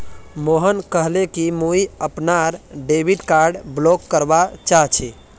मोहन कहले कि मुई अपनार डेबिट कार्ड ब्लॉक करवा चाह छि